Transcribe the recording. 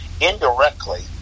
indirectly